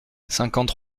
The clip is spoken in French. cinquante